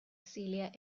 celia